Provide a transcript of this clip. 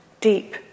deep